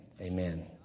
Amen